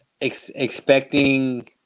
Expecting